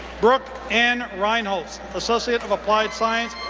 brooke anne reinholtz, associate of applied science,